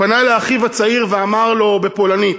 פנה לאחיו הצעיר ואמר לו בפולנית: